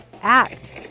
act